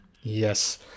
Yes